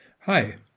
Hi